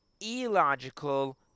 illogical